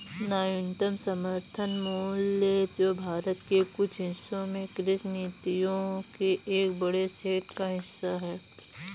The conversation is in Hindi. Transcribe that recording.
न्यूनतम समर्थन मूल्य जो भारत के कुछ हिस्सों में कृषि नीतियों के एक बड़े सेट का हिस्सा है